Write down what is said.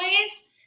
ways